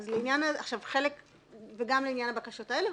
גם לעניין הבקשות האלה,